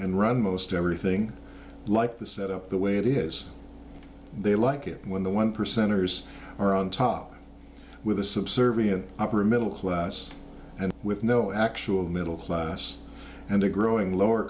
and run most everything like the set up the way it is they like it when the one percenters are on top with a subservient upper middle class and with no actual middle class and a growing lower